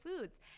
foods